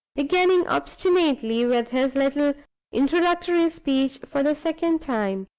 beginning obstinately with his little introductory speech for the second time.